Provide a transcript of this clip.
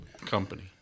company